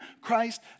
Christ